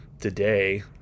today